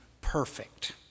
perfect